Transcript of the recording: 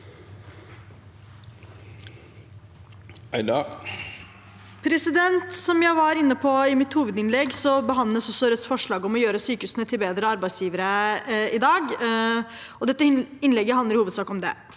Som jeg var inne på i mitt hovedinnlegg, behandler vi i dag også Rødts forslag om å gjøre sykehusene til bedre arbeidsgivere, og dette innlegget handler i hovedsak om det.